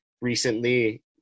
recently